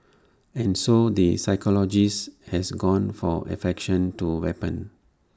and so the psychologist has gone for affectation to weapon